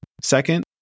Second